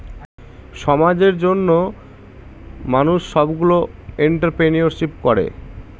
সমাজের জন্য মানুষ সবগুলো এন্ট্রপ্রেনিউরশিপ করে